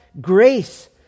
grace